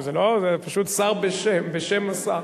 חוק ומשפט.